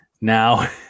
Now